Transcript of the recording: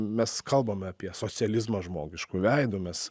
mes kalbame apie socializmą žmogišku veidu mes